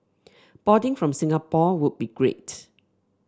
boarding from Singapore would be great